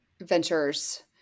ventures